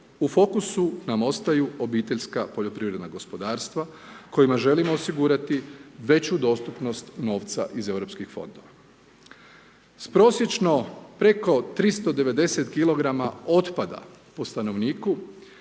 U fokusu nam ostaju obiteljska poljoprivredna gospodarstva kojima želimo osigurati veću dostupnost novca iz europskih fondova. S prosječno preko 390kg otpada po stanovniku